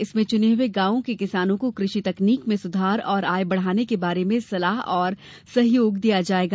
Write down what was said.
इसमें चुने हुये गांवों के किसानों को कृषि तकनीक में सुधार और आय बढ़ाने के बारे में सलाह और सहयोग दिया जायेगा